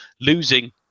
losing